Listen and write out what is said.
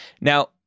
Now